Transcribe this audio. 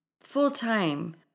full-time